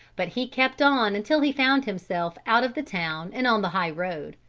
but he kept on until he found himself out of the town and on the high road.